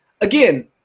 Again